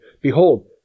Behold